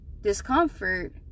discomfort